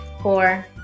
Four